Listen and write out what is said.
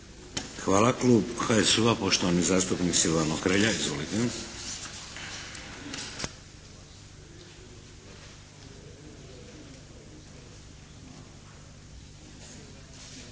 Hvala. Klub HSU-a, poštovani zastupnik Silvano Hrelja. Izvolite. **Hrelja,